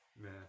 Man